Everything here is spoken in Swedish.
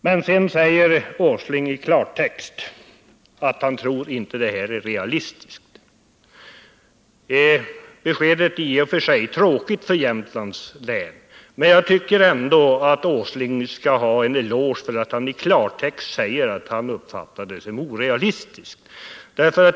Men sedan säger herr Åsling i klartext att han inte tror att detta är realistiskt. Det beskedet är i och för sig tråkigt för Jämtlands län, men jag tycker ändå att herr Åsling bör ha en eloge för att han i klartext säger att han uppfattar projektet som orealistiskt.